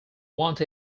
want